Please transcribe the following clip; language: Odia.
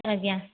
ଆଜ୍ଞା